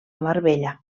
marbella